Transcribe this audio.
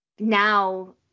Now